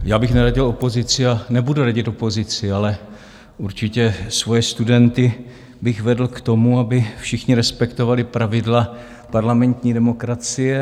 Já bych neradil opozici a nebudu radit opozici, ale určitě svoje studenty bych vedl k tomu, aby všichni respektovali pravidla parlamentní demokracie.